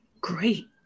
Great